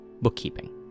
bookkeeping